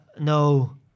no